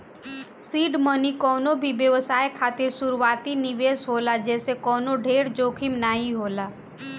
seed money कवनो भी व्यवसाय खातिर शुरूआती निवेश होला जेसे कवनो ढेर जोखिम नाइ होला